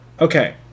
Okay